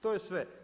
To je sve.